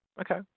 Okay